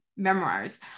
memoirs